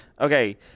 Okay